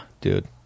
dude